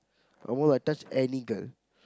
almost I touch any girl